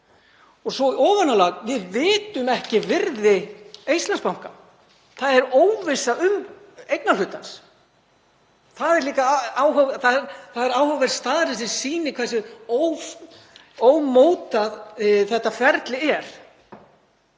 Og svo í ofanálag: Við vitum ekki virði Íslandsbanka, það er óvissa um eignarhlutann. Það er áhugaverð staðreynd sem sýnir hversu ómótað þetta ferli er.